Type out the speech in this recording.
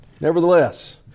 Nevertheless